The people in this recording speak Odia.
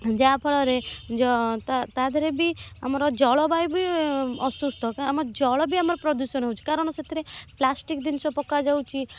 ଯାହାଫଳରେ ତା ଦେହରେ ବି ଆମର ଜଳବାୟୁ ବି ଅସୁସ୍ଥ ଆମର ଜଳ ବି ଆମର ପ୍ରଦୂଷଣ ହେଉଛି କାରଣ ସେଥିରେ ପ୍ଲାଷ୍ଟିକ୍ ଜିନିଷ ପକାଯାଉଛି